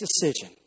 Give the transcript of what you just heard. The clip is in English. decision